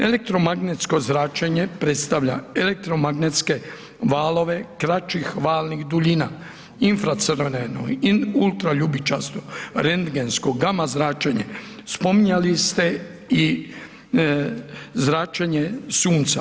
Elektromagnetsko zračenje predstavlja elektromagnetske valove kraćih valnih duljina, infracrveno, ultraljubičasto, rendgensko, gama zračenje, spominjali ste i zračenje sunca.